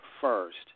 first